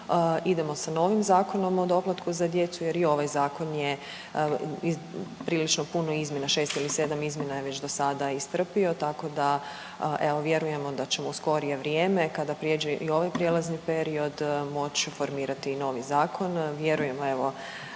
idemo sa novim Zakonom o doplatku za djecu jer i ovaj zakon je prilično puno izmjena 6 ili 7 izmjena je već dosada istrpio tako da evo vjerujemo da ćemo u skorije vrijeme kada prijeđe i ovaj prijelazni period moći formirati novi zakon